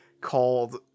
called